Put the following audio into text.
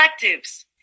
collectives